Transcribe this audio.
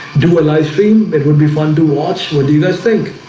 do a livestream it would be fun to watch. what do you guys think?